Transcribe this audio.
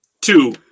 Two